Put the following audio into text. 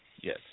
Yes